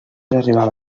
arribava